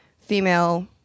female